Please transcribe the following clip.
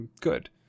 good